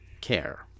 care